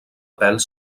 pèls